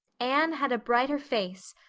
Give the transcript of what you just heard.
anne had a brighter face,